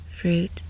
fruit